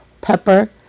pepper